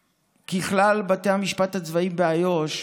ככלל, בתי המשפט הצבאי באיו"ש